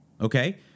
okay